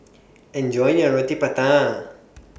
Enjoy your Roti Prata